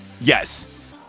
Yes